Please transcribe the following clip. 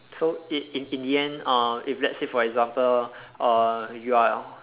so in in in the end uh if let's say your example err you are